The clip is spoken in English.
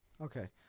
Okay